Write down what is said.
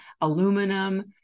aluminum